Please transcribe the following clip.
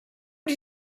did